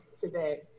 today